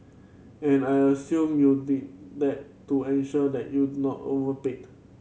and I assume you did that to ensure that you do not overpaid